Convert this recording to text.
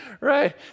right